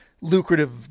lucrative